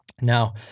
Now